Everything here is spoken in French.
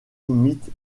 imite